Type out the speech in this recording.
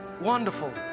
Wonderful